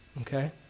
Okay